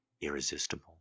irresistible